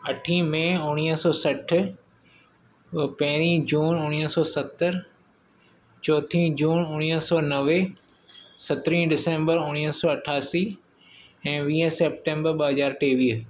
अठीं मेइ उणिवीह सौ सठि पहिरीं जून उणिवीह सौ सतरि चोथीं जून उणिवीह सौ नवे सतरहीं डिसेंबर उणिवीह सौ अठासी ऐं वीह सेप्टेम्बर ॿ हज़ार टेवीह